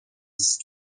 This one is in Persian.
است